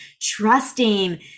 trusting